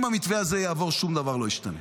אם המתווה הזה יעבור, שום דבר לא ישתנה.